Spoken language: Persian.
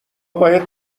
باید